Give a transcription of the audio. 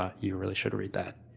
ah you really should read that,